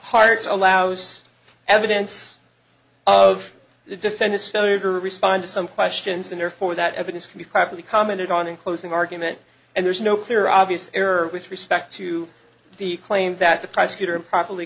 parts allows evidence of the defendant's failure respond to some questions and therefore that evidence can be properly commented on in closing argument and there's no clear obvious error with respect to the claim that the prosecutor improperly